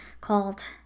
called